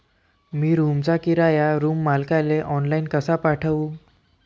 मी रूमचा किराया रूम मालकाले ऑनलाईन कसा पाठवू?